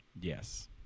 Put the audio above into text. Yes